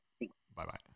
Bye-bye